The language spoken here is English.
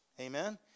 Amen